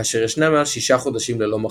כאשר ישנם מעל 6 חודשים ללא מחזור,